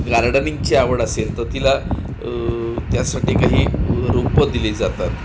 गार्डनिंगची आवड असेल तर तिला त्यासाठी काही रोपं दिली जातात